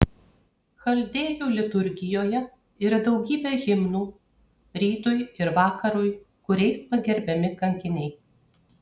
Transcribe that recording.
chaldėjų liturgijoje yra daugybė himnų rytui ir vakarui kuriais pagerbiami kankiniai